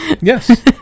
Yes